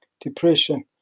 depression